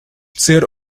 dizer